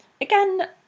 again